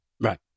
Right